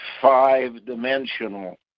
five-dimensional